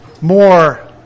more